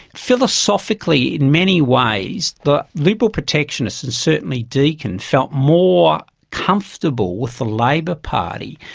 philosophically in many ways the liberal protectionists and certainly deakin felt more comfortable with the labor party,